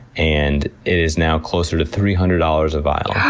and it is now closer to three hundred dollars a vial.